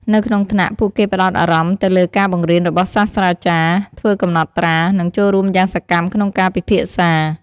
នៅក្នុងថ្នាក់ ពួកគេផ្តោតអារម្មណ៍ទៅលើការបង្រៀនរបស់សាស្រ្តាចារ្យ ធ្វើកំណត់ត្រា និងចូលរួមយ៉ាងសកម្មក្នុងការពិភាក្សា។